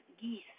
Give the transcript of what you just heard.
geese